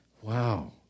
Wow